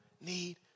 need